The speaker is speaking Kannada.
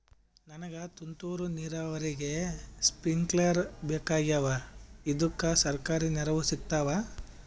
ನನಗ ತುಂತೂರು ನೀರಾವರಿಗೆ ಸ್ಪಿಂಕ್ಲರ ಬೇಕಾಗ್ಯಾವ ಇದುಕ ಸರ್ಕಾರಿ ನೆರವು ಸಿಗತ್ತಾವ?